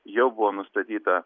jau buvo nustatyta